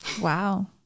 wow